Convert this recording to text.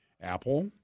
Apple